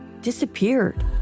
Disappeared